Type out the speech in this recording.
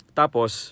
tapos